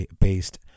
based